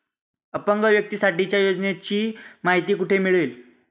अपंग व्यक्तीसाठीच्या योजनांची माहिती कुठे मिळेल?